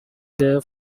there